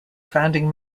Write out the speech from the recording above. founding